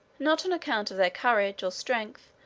not on account of their courage, or strength,